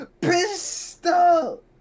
pistol